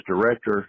director